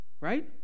right